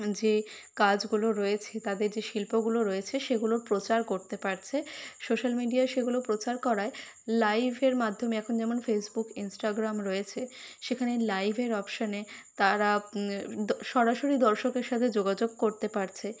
যে কাজগুলো রয়েছে তাদের যে শিল্পগুলো রয়েছে সেগুলোর প্রচার করতে পারছে সোশ্যাল মিডিয়ায় সেগুলো প্রচার করায় লাইভের মাধ্যমে এখন যেমন ফেসবুক ইন্সটাগ্রাম রয়েছে সেখানে লাইভের অপশানে তারা দ সরাসরি দর্শকের সাথে যোগাযোগ করতে পারছে